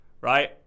right